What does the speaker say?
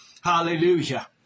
Hallelujah